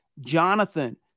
Jonathan